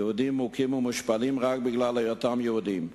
היהודים מוכים ומושפלים רק בגלל היותם יהודים.